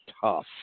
tough